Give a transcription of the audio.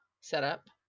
setup